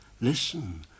listen